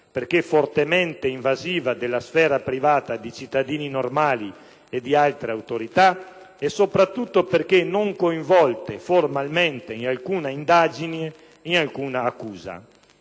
perché fortemente invasiva della sfera privata di cittadini normali e di altre autorità e soprattutto perché non coinvolti formalmente in alcuna indagine e in alcuna accusa.